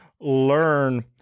learn